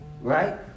Right